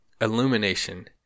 illumination